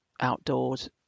outdoors